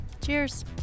Cheers